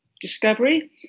discovery